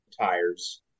tires